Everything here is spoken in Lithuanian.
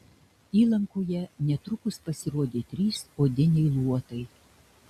įlankoje netrukus pasirodė trys odiniai luotai